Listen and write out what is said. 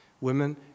Women